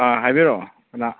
ꯑꯥ ꯍꯥꯏꯕꯤꯔꯛꯑꯣ ꯀꯅꯥ